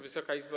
Wysoka Izbo!